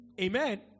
Amen